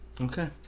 Okay